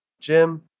Jim